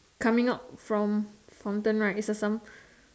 coming out from fountain right is a some